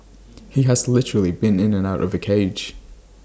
he has literally been in and out of A cage